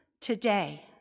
today